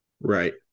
Right